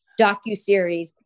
docuseries